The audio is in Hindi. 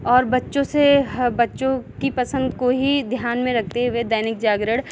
और बच्चों से और बच्चो की पसंद को ही ध्यान में रखते हुए दैनिक जागरण